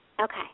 Okay